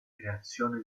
creazione